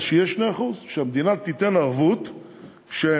אז שיהיו 2%. שהמדינה תיתן ערבות שהחיסכון